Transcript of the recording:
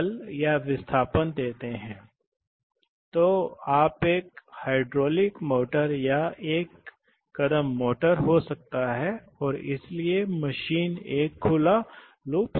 आम तौर पर एक फायदा यह है कि उन्हें आसानी से रोका जा सकता है आप जानते हैं कि इलेक्ट्रिक मोटर्स को रोका नहीं जा सकता है जिससे इन मोटर्स के माध्यम से प्रवाह करने के लिए एक बड़ा बहुत बड़ा करंट होगा वे गर्म वगैरह करेंगे और यह पता चलता है कि आप देख सकते है